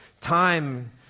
Time